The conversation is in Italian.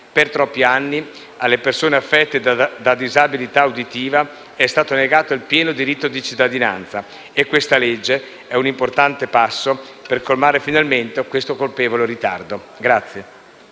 Per troppi anni alle persone affette da disabilità uditiva è stato negato il pieno diritto di cittadinanza e il provvedimento in esame è un importante passo per colmare finalmente questo colpevole ritardo.